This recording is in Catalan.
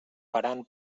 faran